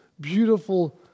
beautiful